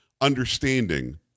understanding